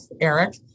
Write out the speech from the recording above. Eric